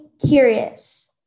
curious